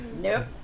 nope